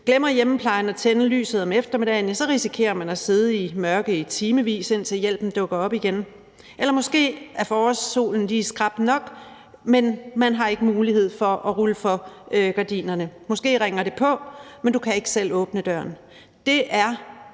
Glemmer hjemmeplejen at tænde lyset om eftermiddagen, risikerer man at sidde i mørke i timevis, indtil hjælpen dukker op igen – eller måske er forårssolen lige skarp nok, men man har ikke mulighed for at trække gardinerne for. Det ringer måske på, men du kan ikke selv åbne døren. Det er